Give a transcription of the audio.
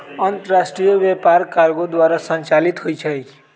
अंतरराष्ट्रीय व्यापार कार्गो द्वारा संचालित होइ छइ